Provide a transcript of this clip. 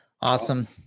Awesome